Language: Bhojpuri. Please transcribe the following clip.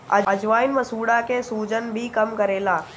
अजवाईन मसूड़ा के सुजन भी कम करेला